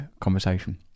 conversation